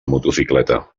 motocicleta